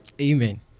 Amen